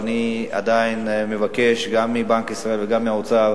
אבל אני עדיין מבקש גם מבנק ישראל וגם מהאוצר